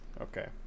Okay